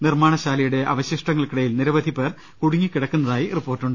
നിർമ്മാണശാലയുടെ അവശിഷ്ടങ്ങൾക്കിടയിൽ നിരവധി പേർ കൂടുങ്ങിക്കിടക്കുന്നതായി റിപ്പോർട്ടുണ്ട്